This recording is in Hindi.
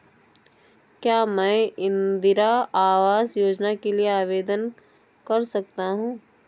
क्या मैं इंदिरा आवास योजना के लिए आवेदन कर सकता हूँ?